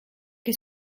che